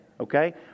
okay